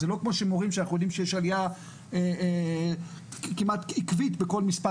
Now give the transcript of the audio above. זה לא כמו שמורים שאנחנו יודעים שיש עליה כמעט עקבית בכל מספר